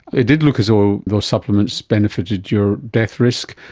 it did look as though those supplements benefited your death risk,